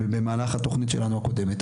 במהלך התכנית שלנו הקודמת.